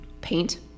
paint